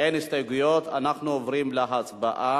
אין הסתייגויות, אנחנו עוברים להצבעה,